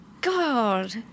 God